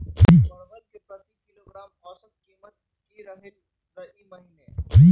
परवल के प्रति किलोग्राम औसत कीमत की रहलई र ई महीने?